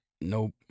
Nope